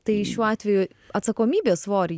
tai šiuo atveju atsakomybė svorį